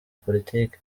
politiki